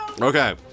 Okay